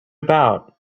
about